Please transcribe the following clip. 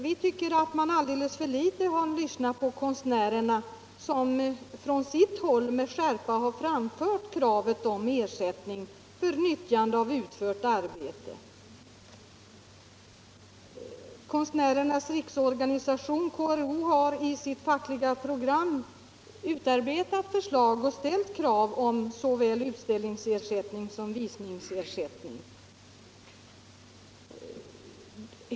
Vi tycker att man alldeles för litet har lyssnat på konstnärerna, som från sitt håll med skärpa har framfört kravet på ersättning för nyttjande av utfört arbete. Konstnärernas riksorganisation, KRO, har i sitt fackliga program ställt krav på såväl utställningsersättning som visningsersättning.